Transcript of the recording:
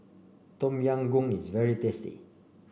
Tom Yam Goong is very tasty